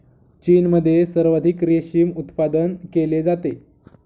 चीनमध्ये सर्वाधिक रेशीम उत्पादन केले जाते